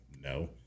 no